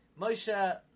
Moshe